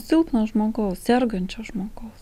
silpno žmogaus sergančio žmogaus